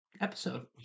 episode